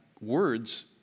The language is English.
words